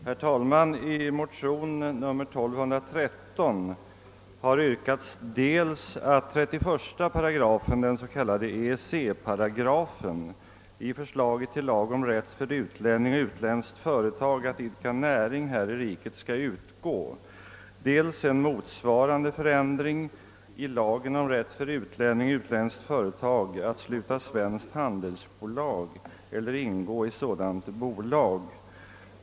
Herr talman! I motionen II: 1213 har yrkats dels att 31 8 — den s.k. EEC paragrafen — i förslaget till lag om rätt för utlänning och utländskt företag att idka näring här i riket skulle utgå, dels en motsvarande förändring i lagen om rätt för utlänning och utländskt företag att sluta svenskt handelsbolag eller ingå i sådant bolag.